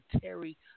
Terry